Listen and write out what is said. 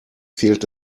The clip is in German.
fehlt